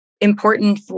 important